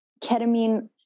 ketamine